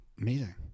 Amazing